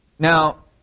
Now